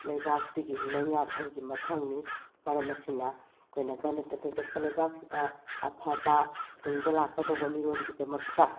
ꯂꯩꯕꯥꯛꯇꯨꯒꯤ ꯂꯩꯉꯥꯛꯂꯣꯏꯒꯤ ꯃꯊꯧꯅꯤ ꯃꯔꯝ ꯑꯁꯤꯅ ꯑꯩꯈꯣꯏꯅ ꯒꯅꯇꯟꯇ꯭ꯔ ꯆꯠꯄ ꯂꯩꯕꯥꯛꯁꯤꯗ ꯑꯐꯕ ꯇꯨꯡꯗ ꯂꯥꯛꯀꯗꯧꯕ ꯃꯤꯔꯣꯟꯒꯤꯗꯃꯛꯇ